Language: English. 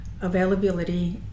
availability